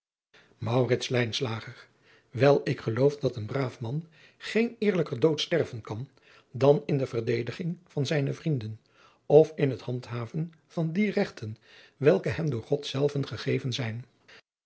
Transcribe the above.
el ik geloof dat een braaf man geen eerlijker dood sterven kan dan in de verdediging van zijne vrienden of in het handhaven van die regten welke hem door od zelven gegeven zijn